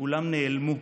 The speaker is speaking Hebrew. שכולם נעלמו.